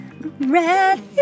Ready